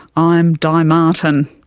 i'm di martin.